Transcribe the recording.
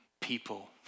people